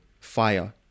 fire